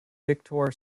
victor